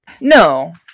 No